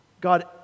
God